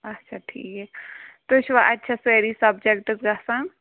اچھا ٹھیٖک تُہۍ چھِوا اَتہِ چھا سٲری سَبجَکٹٕس گَژھان